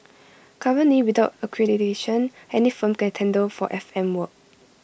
currently without accreditation any firm can tender for F M work